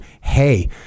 hey